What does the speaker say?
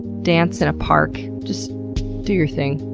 dance in a park. just do your thing.